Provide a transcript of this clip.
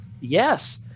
yes